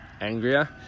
angrier